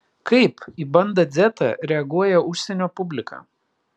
kaip į bandą dzetą reaguoja užsienio publika